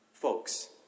Folks